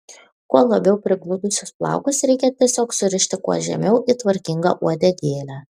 kuo labiau prigludusius plaukus reikia tiesiog surišti kuo žemiau į tvarkingą uodegėlę